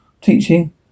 teaching